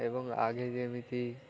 ଏବଂ ଆଗେ ଯେମିତି